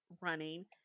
running